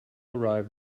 arrived